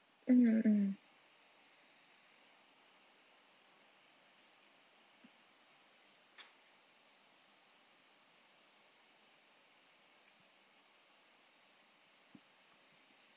mm mm